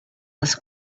was